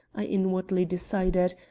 i inwardly decided,